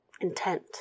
Intent